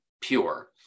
pure